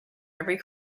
every